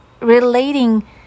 relating